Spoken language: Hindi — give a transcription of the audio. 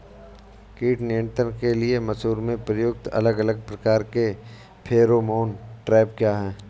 कीट नियंत्रण के लिए मसूर में प्रयुक्त अलग अलग प्रकार के फेरोमोन ट्रैप क्या है?